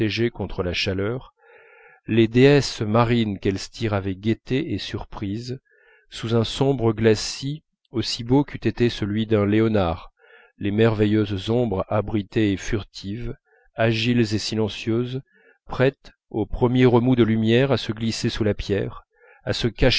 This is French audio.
contre la chaleur les déesses marines qu'elstir avait guettées et surprises sous un sombre glacis aussi beau qu'eût été celui d'un léonard les merveilleuses ombres abritées et furtives agiles et silencieuses prêtes au premier remous de lumière à se glisser sous la pierre à se